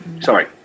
Sorry